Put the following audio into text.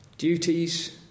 Duties